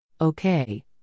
Okay